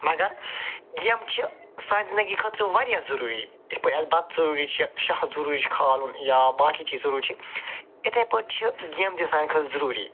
مگر گیمہٕ چھِ سانہِ زندگی خٲطرٕ واریاہ ضٔروٗری یِتھ پٲٹھۍ اَسہِ بَتہٕ ضٔروٗری چھِ شاہ ضٔروٗری چھِ کھالُن یا باقٕے چیٖز ضٔروٗری چھِ یِتھَے پٲٹھۍ چھِ گیمہٕ تہِ سانہِ خٲطرٕ ضٔروٗری